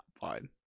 Fine